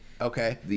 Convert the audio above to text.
Okay